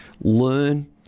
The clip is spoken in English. learn